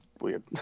weird